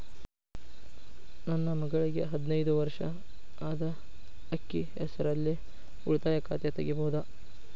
ನನ್ನ ಮಗಳಿಗೆ ಹದಿನೈದು ವರ್ಷ ಅದ ಅಕ್ಕಿ ಹೆಸರಲ್ಲೇ ಉಳಿತಾಯ ಖಾತೆ ತೆಗೆಯಬಹುದಾ?